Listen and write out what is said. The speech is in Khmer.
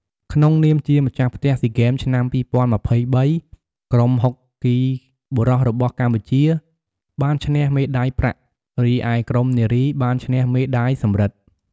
ក្នុងនាមជាម្ចាស់ផ្ទះស៊ីហ្គេម ឆ្នាំ២០២៣ ក្រុមហុកគីបុរសរបស់កម្ពុជាបានឈ្នះ មេដាយប្រាក់ រីឯក្រុមនារីបានឈ្នះ មេដាយសំរឹទ្ធ។